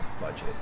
budget